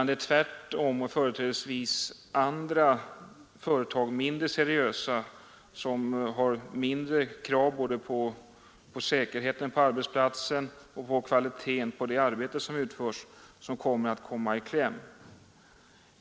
Det är företrädesvis mindre seriösa företag med mindre krav både på säkerheten på arbetsplatsen och på kvaliteten på det arbete som utförts som kommer att komma i kläm.